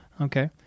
Okay